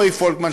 רועי פולקמן,